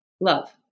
love